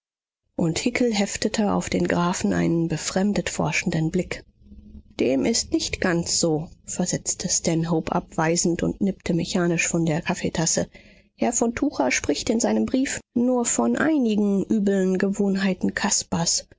und hickel heftete auf den grafen einen befremdet forschenden blick dem ist nicht ganz so versetzte stanhope abweisend und nippte mechanisch von der kaffeetasse herr von tucher spricht in seinem brief nur von einigen übeln gewohnheiten caspars